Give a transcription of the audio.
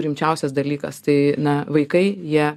rimčiausias dalykas tai na vaikai jie